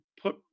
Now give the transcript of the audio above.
put